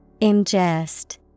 Ingest